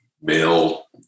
male